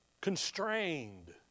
constrained